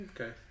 Okay